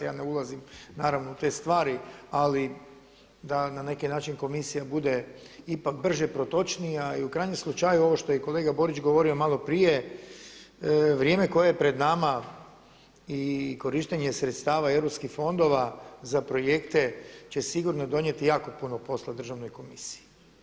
Ja ne ulazim naravno u te stvari, ali da na neki način komisija bude ipak brže protočnija i u krajnjem slučaju ovo što je kolega Borić govorio maloprije vrijeme koje je pred nama i korištenje sredstava europskih fondova za projekte će sigurno donijeti jako puno posla državnoj komisiji.